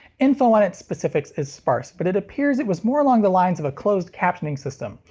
info on its specifics is sparse, but it appears it was more along the lines of a closed-captioning system,